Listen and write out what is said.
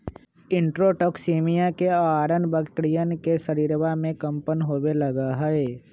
enterotoxaemia के अआरण बकरियन के शरीरवा में कम्पन होवे लगा हई